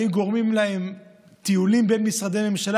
האם גורמים להם טיולים בין משרדי ממשלה